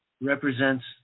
represents